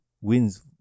wins